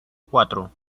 cuatro